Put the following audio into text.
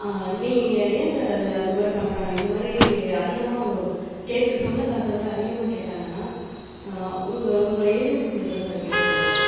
நீங்கள் ஏன் சார் அது அந்த மாதிரி பண்ணுறாங்க இந்த மாதிரி அதிகமாக கேட்க சொன்ன காசை விட அதிகமாக கேட்டாங்கன்னா உங்கள் உங்கள் ஏஜென்சி பேர் தான் சார் கெட்டு போகும்